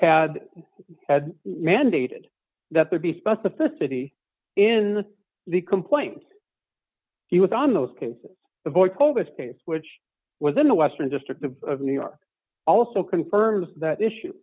had had mandated that there be specificity in the complaint he was on those cases the boy's oldest case which was in the western district of new york also confirms that issue